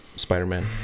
spider-man